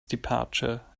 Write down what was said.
departure